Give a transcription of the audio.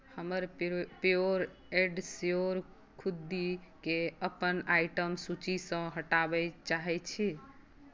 हमर pure pure and sure खुद्दीके अपन आइटम सूचीसँ हटाबय चाहैत छी